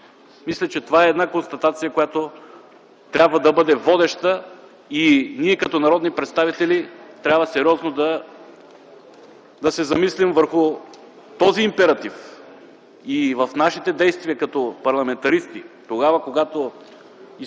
Мисля, че това е една констатация, която трябва да бъде водеща. Ние като народни представители трябва сериозно да се замислим върху този императив и в нашите действия като парламентаристи – тогава, когато упражняваме